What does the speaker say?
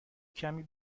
کمی